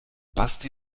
basti